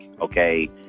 Okay